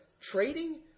trading